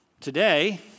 Today